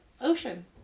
Ocean